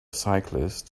cyclists